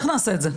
איך נעשה את זה?